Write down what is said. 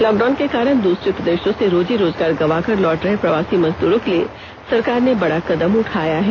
lock down के कारण दूसरे प्रदेशों से रोजी रोजगार गंवाकर लौट रहे प्रवासी मजदूरों के लिए सरकार ने बड़ा कदम उठाया है